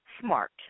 smart